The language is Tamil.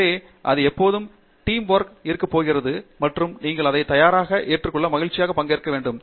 எனவே அது எப்போதும் கூட்டுவேலை இருக்க போகிறது மற்றும் நீங்கள் அதை தயாராக மற்றும் மகிழ்ச்சியாக பங்கேற்க வேண்டும்